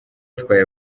itwaye